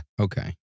Okay